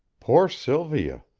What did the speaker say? poor sylvia!